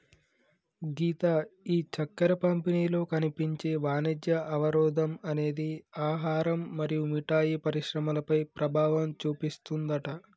గీత ఈ చక్కెర పంపిణీలో కనిపించే వాణిజ్య అవరోధం అనేది ఆహారం మరియు మిఠాయి పరిశ్రమలపై ప్రభావం చూపిస్తుందట